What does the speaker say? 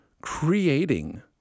creating